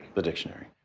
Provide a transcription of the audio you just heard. the dictionary.